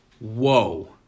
Whoa